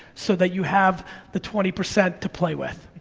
so that you have the twenty percent to play with.